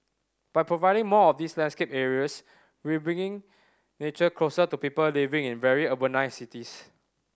by providing more of these landscape areas we bringing nature closer to people living in a very urbanised cities